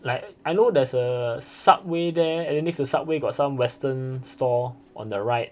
like I know there's a subway there and then next to subway there got some western store on the right